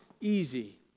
easy